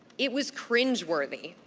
it was cringe-worthy.